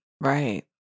Right